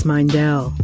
Mindell